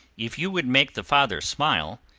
if you would make the father smile,